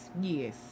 Yes